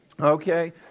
Okay